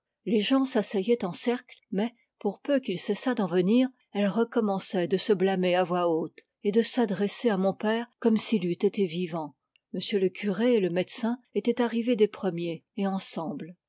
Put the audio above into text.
les gens s'asseyaient en cercle mais pour peu qu'il cessât d'en venir elle recommençait de se blâmer à voix haute et de s'adresser à mon père comme s'il eût été vivant m le curé et le médecin étaient arrivés des premiers et ensemble